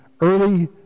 early